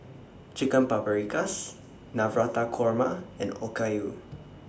Chicken Paprikas Navratan Korma and Okayu